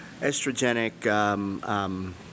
estrogenic